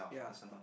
ya